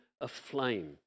aflame